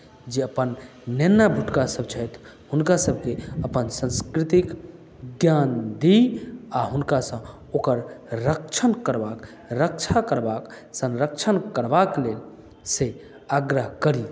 जे अपन नेना भुटकासभ छथि हुनका सभकेँ अपन संस्कृतिक ज्ञान दी आ हुनकासँ ओकर रक्षण करबाक रक्षा करबाक संरक्षण करबाक लेल से आग्रह करी